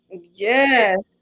Yes